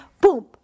boom